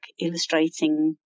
illustrating